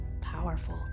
powerful